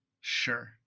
Sure